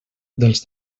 dels